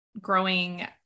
growing